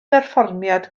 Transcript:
berfformiad